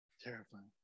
Terrifying